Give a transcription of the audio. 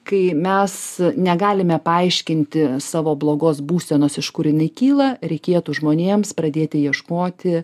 kai mes negalime paaiškinti savo blogos būsenos iš kur jinai kyla reikėtų žmonėms pradėti ieškoti